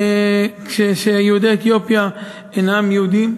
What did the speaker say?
שיהודי אתיופיה אינם יהודים.